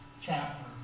chapter